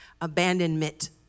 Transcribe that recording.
abandonment